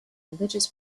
religious